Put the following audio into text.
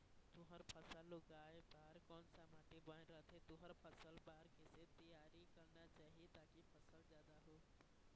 तुंहर फसल उगाए बार कोन सा माटी बने रथे तुंहर फसल बार कैसे तियारी करना चाही ताकि फसल जादा हो?